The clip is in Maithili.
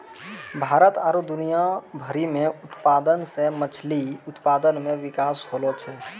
भारत आरु दुनिया भरि मे उत्पादन से मछली उत्पादन मे बिकास होलो छै